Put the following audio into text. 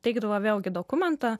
teikdavo vėlgi dokumentą